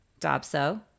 Dobso